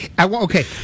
Okay